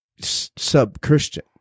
sub-Christian